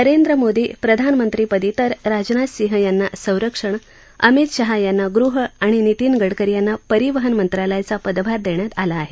नरेंद्र मोदी प्रधानमंत्रीपदी तर राजनाथ सिंह यांना संरक्षण अमित शाह यांना गृह आणि नितीन गडकरी यांना परिवहन मंत्रालयाचा पदभार देण्यात आला आहे